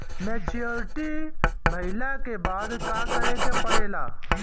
Maturity भईला के बाद का करे के पड़ेला?